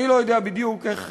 אני לא יודע בדיוק איך,